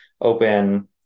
open